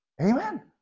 Amen